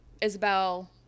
Isabel